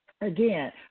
again